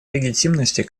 легитимности